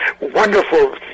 wonderful